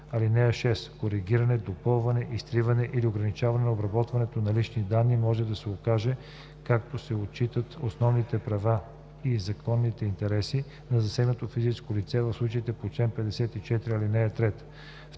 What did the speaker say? (6) Коригиране, допълване, изтриване или ограничаване на обработването на лични данни може да се откаже, като се отчитат основните права и законните интереси на засегнатото физическо лице, в случаите по чл. 54, ал. 3.